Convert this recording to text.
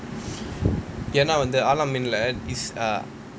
ஏனா வந்து:yaena vanthu al-ameen lah is ah